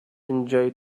enjoy